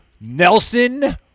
Nelson